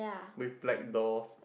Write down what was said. with black doors